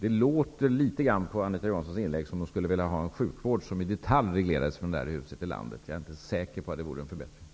Det låter litet grand på Anita Johanssons inlägg som om hon skulle vilja ha en en sjukvård som i detalj regleras från detta hus. Jag är inte säker på att det vore en förbättring.